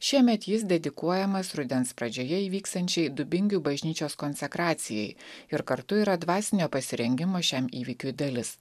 šiemet jis dedikuojamas rudens pradžioje įvyksiančiai dubingių bažnyčios konsekracijai ir kartu yra dvasinio pasirengimo šiam įvykiui dalis